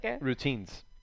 Routines